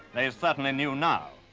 they certainly knew now.